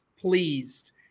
pleased